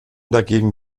dagegen